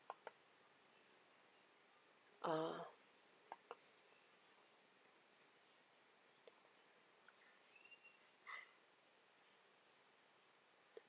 orh